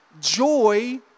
joy